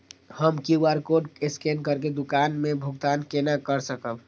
हम QR code scan करके दुकान में भुगतान केना कर सकब?